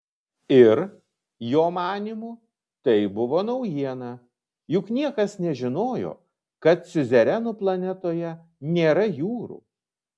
ir jo manymu tai buvo naujiena juk niekas nežinojo kad siuzerenų planetoje nėra jūrų